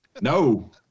No